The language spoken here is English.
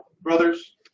Brothers